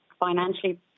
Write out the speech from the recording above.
financially